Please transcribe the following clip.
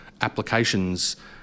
applications